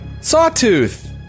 Sawtooth